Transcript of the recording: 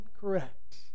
correct